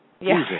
Yes